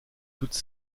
toute